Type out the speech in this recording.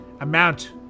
amount